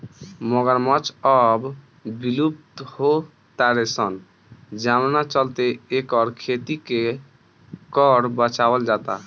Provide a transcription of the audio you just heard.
मगरमच्छ अब विलुप्त हो तारे सन जवना चलते एकर खेती के कर बचावल जाता